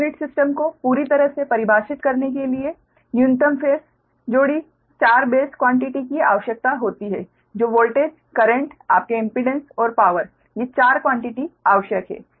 पर unit system को पूरी तरह से परिभाषित करने के लिए न्यूनतम फेस जोड़ी चार बेस क्वान्टिटी की आवश्यकता होती है जो वोल्टेज करेंट आपके इम्पीडेंस और पावर ये चार क्वान्टिटी आवश्यक हैं